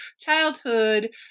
childhood